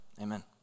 Amen